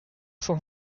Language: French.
cent